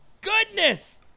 goodness